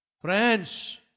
Friends